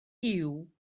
gyw